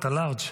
אתה לארג'.